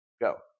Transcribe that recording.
Go